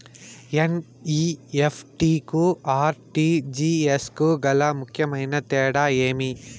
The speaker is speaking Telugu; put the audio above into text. ఎన్.ఇ.ఎఫ్.టి కు ఆర్.టి.జి.ఎస్ కు గల ముఖ్యమైన తేడా ఏమి?